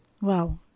Wow